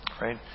Right